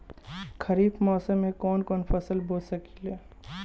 खरिफ मौसम में कवन कवन फसल बो सकि ले?